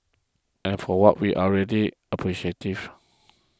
and for what we are ready appreciative